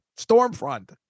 stormfront